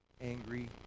angry